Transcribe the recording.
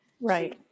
Right